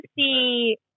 see